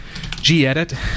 gedit